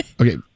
Okay